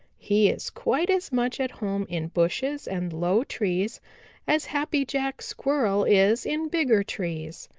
he is quite as much at home in bushes and low trees as happy jack squirrel is in bigger trees.